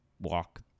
walk